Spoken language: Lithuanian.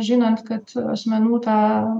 žinant kad asmenų tą